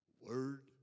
word